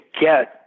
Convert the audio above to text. get